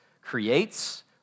creates